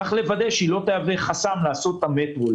צריך לוודא שהיא לא תהווה חסם לעשות את המטרו,